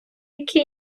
які